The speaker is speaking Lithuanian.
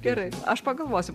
gerai aš pagalvosiu